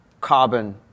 carbon